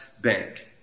Bank